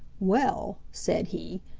well, said he,